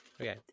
Okay